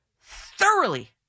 thoroughly